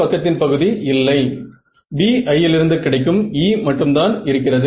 அங்கே உள்ளீட்டு மின் மறுப்பு இருக்கிறது